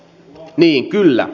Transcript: niin kyllä